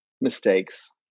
mistakes